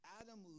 Adam